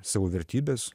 savo vertybes